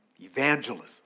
Evangelism